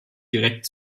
direkt